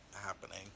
happening